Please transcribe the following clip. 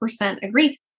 agree